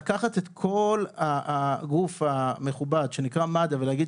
לקחת את כל הגוף הכובד שנקרא מד"א ולהגיד